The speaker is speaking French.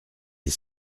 les